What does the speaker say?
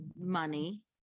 money